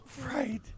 Right